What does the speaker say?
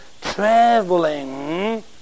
traveling